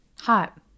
Hot